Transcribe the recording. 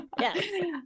Yes